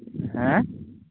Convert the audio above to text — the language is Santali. ᱦᱮᱸ